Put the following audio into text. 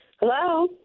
Hello